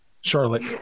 Charlotte